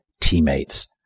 teammates